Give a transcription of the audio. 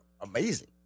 amazing